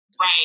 Right